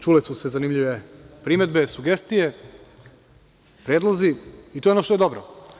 Čule su se zanimljive primedbe, sugestije, predlozi i to je ono što je dobro.